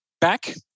back